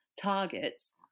targets